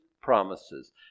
promises